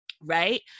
right